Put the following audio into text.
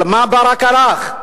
על מה ברק הלך?